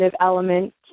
element